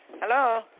Hello